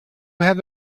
have